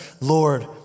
Lord